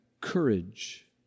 courage